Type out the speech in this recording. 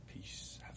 Peace